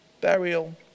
burial